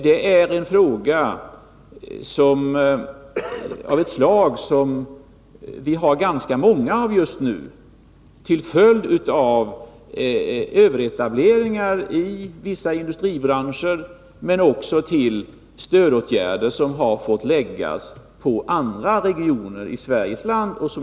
Det är en fråga av ett slag som är ganska vanligt just nu till följd av överetableringar inom vissa industribranscher men också på grund av att stödåtgärder har fått vidtas för andra regioner i Sverige.